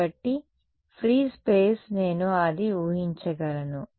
కాబట్టి free space నేను అది ఊహించగలను